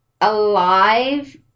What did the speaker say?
alive